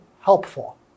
helpful